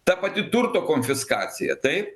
ta pati turto konfiskacija taip